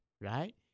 Right